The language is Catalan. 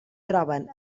troben